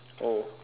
oh